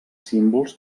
símbols